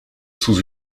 sous